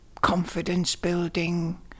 confidence-building